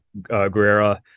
Guerrera